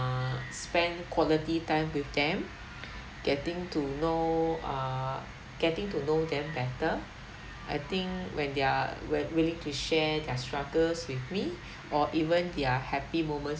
uh spend quality time with them getting to know uh getting to know them better I think when they're w~ willing to share their struggles with me or even their happy moments